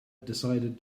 decided